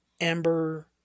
Amber